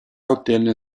ottenne